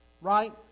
right